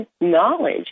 knowledge